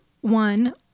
one